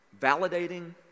validating